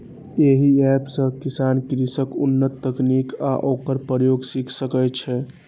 एहि एप सं किसान कृषिक उन्नत तकनीक आ ओकर प्रयोग सीख सकै छै